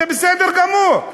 זה בסדר גמור,